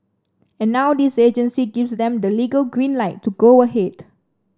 and now this agency gives them the legal green light to go ahead